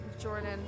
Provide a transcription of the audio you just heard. Jordan